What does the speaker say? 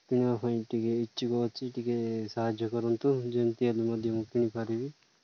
କିଣିବା ପାଇଁ ଟିକେ ଇଚ୍ଛୁକ ଅଛି ଟିକେ ସାହାଯ୍ୟ କରନ୍ତୁ ଯେମିତି ହେଲେ ମଧ୍ୟ ମୁଁ କିଣିପାରିବି